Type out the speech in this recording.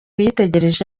uyitegereje